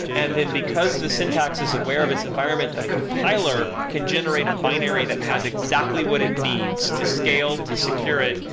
and then because the syntax is aware of its environment, the compiler can generate a binary that has exactly what it needs to scale to secure it,